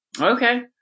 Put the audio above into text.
Okay